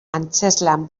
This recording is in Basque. antzezlan